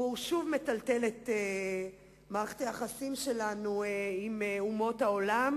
הוא שוב מטלטל את מערכת היחסים שלנו עם אומות העולם.